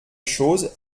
chose